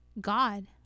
God